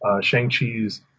Shang-Chi's